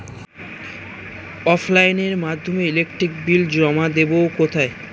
অফলাইনে এর মাধ্যমে ইলেকট্রিক বিল জমা দেবো কোথায়?